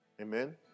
Amen